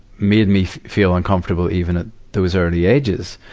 made me feel uncomfortable even at those early ages.